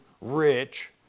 rich